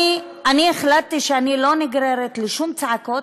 אני החלטתי שאני לא נגררת לשום צעקות,